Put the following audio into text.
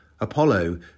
Apollo